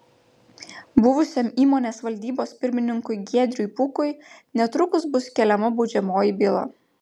buvusiam įmonės valdybos pirmininkui giedriui pukui netrukus bus keliama baudžiamoji byla